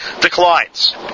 declines